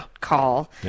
call